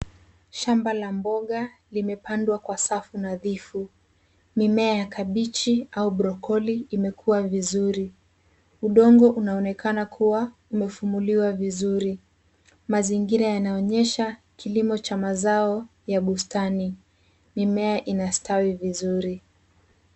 Shamba la mboga limepandwa kwa safu nadhifu. Mimea ya kabichi au brokoli imekua vizuri. Udongo unaonekana kuwa umefumuliwa vizuri. Mazingira yanaonyesha, kilimo cha mazao ya bustani. Mimea inastawi vizuri.